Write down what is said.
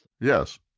Yes